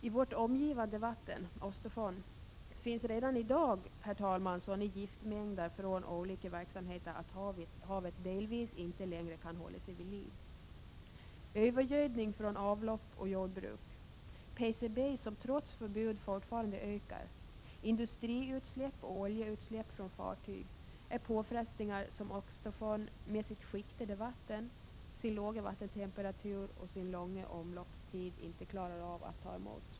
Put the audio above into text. I vårt omgivande vatten, Östersjön, finns redan i dag, herr talman, sådana giftmängder från olika verksamheter att havet delvis inte längre kan hålla sig vid liv. Övergödning från avlopp och jordbruk, en trots förbud ökande användning av PCB, industriutsläpp och oljeutsläpp från fartyg är påfrestningar som Östersjön med sitt skiktade vatten, sin låga temperatur och sin långa omloppstid inte klarar av att ta emot.